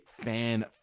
fan